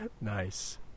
Nice